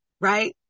right